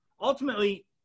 ultimately